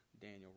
Daniel